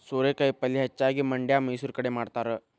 ಸೋರೆಕಾಯಿ ಪಲ್ಯೆ ಹೆಚ್ಚಾಗಿ ಮಂಡ್ಯಾ ಮೈಸೂರು ಕಡೆ ಮಾಡತಾರ